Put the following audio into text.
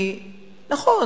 נכון,